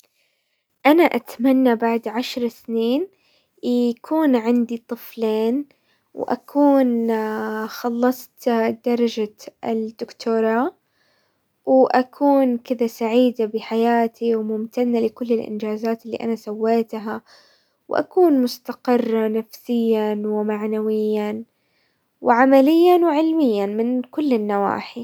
انا اتمنى بعد عشر سنين يكون عندي طفلين، واكون خلصت درجة الدكتوراه، واكون كذا سعيدة بحياتي وممتنة لكل الانجازات اللي انا سويتها، واكون مستقرة نفسيا ومعنويا وعمليا وعلميا من كل النواحي.